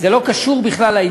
אני חושב שגם אמרת את זה.